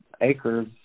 acres